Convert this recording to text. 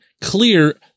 clear